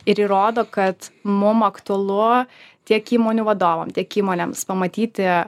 ir įrodo kad mum aktualu tiek įmonių vadovam tiek įmonėms pamatyti